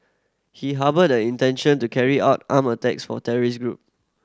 he harboured the intention to carry out armed attacks for terrorist group